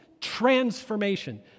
transformation